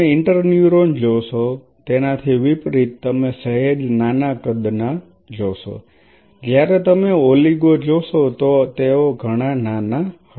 તમે ઇન્ટર્ન્યુરોન જોશો તેનાથી વિપરીત તમે સહેજ નાના કદના જોશો જ્યારે તમે ઓલિગો જોશો તો તેઓ ઘણા નાના હશે